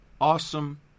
awesome